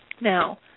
Now